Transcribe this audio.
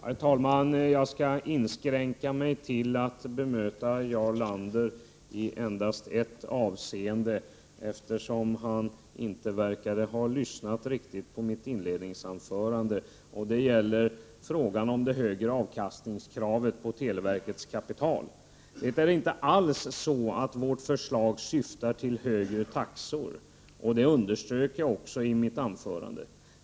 Herr talman! Jag skall inskränka mig till att bemöta Jarl Lander i endast ett avseende, eftersom han inte verkade ha lyssnat riktigt på mitt inledningsanförande. Det gällde det högre avkastningskravet på televerkets kapital. Det är inte alls så att vårt förslag syftar till högre taxor. Detta underströk jag också i mitt anförande.